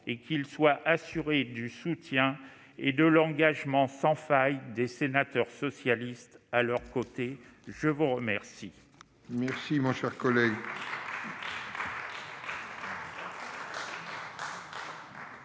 et qu'ils soient assurés du soutien et de l'engagement sans faille des sénateurs socialistes à leurs côtés. La parole